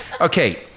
Okay